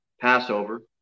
Passover